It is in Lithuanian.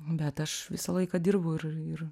bet aš visą laiką dirbau ir ir